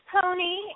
pony